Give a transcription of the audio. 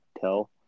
tell